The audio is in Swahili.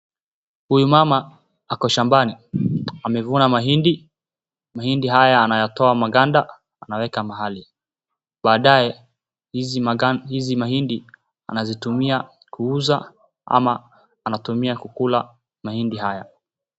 Huyu mama ako shambani, amevuna mahindi, mahindi haya anayatoa maganda anaweka mahali. Baadae hizi mahindi anazitumia kuuza ama anatumia kukula mahindi haya.